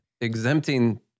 exempting